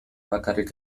bakarrik